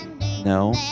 No